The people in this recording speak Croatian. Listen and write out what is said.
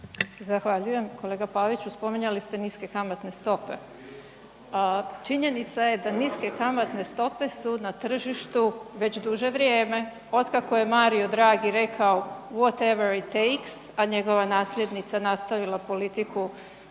Zahvaljujem. Kolega Pavić, spominjali ste niske kamatne stope. Činjenica je da niske kamatne stope su na tržištu već duže vrijeme, otkako je Mario drago rekao „whatever it takes“ a njegova nasljednica nastavila politiku